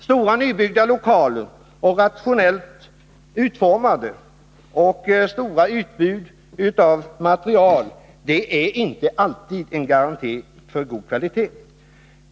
Stora nybyggda lokaler, rationellt utformade, samt ett stort utbud av material är inte alltid en garanti för god kvalitet.